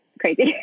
crazy